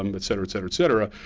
um et cetera, et cetera, et cetera.